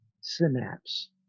synapse